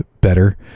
better